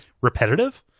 repetitive